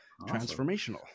transformational